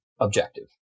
objective